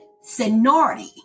seniority